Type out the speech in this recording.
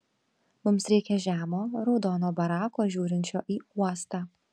mums reikia žemo raudono barako žiūrinčio į uostą